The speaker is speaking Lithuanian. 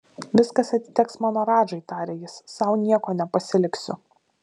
viskas atiteks mano radžai tarė jis sau nieko nepasiliksiu